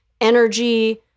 energy